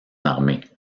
armée